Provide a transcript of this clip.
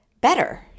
better